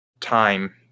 time